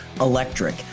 electric